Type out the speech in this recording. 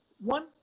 one